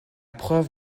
preuve